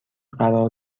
قرار